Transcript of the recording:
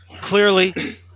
Clearly